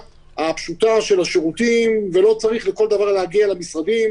הפשוטה של השירותים ושלא צריך בכל דבר להגיע פיזית למשרדים